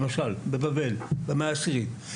בבבל במאה העשירית.